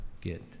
get